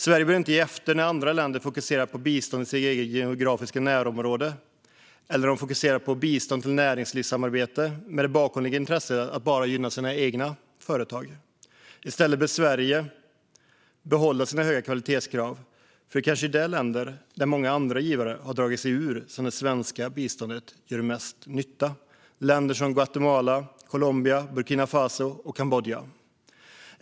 Sverige bör inte ge efter när andra länder fokuserar på bistånd i sitt geografiska närområde eller när de fokuserar bistånd till näringslivssamarbete med det bakomliggande intresset att bara gynna sina egna företag. I stället behöver Sverige behålla sina höga kvalitetskrav, för det är kanske i de länder där många andra givare har dragit sig ur som det svenska biståndet gör mest nytta, till exempel i länder som Guatemala, Colombia, Burkina Faso och Kambodja.